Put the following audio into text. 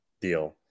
deal